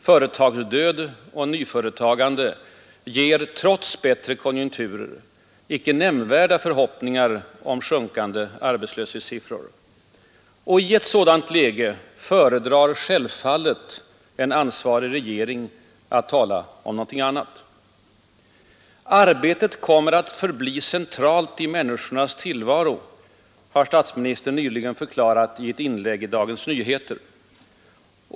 Företagsdöd och nyföretagande ger trots bättre konjunkturer icke nämnvärda förhoppningar om sjunkande arbetslöshetssiffror. Och i ett sådant läge föredrar självfallet en ansvarig regering att tala om någonting annat. ”Arbetet kommer att förbli centralt i människornas tillvaro”, har statsministern nyligen förklarat i ett inlägg i Dagens Nyheter.